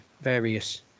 various